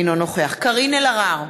אינו נוכח קארין אלהרר,